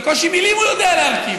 בקושי מילים הוא יודע להרכיב.